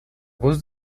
voz